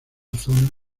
zona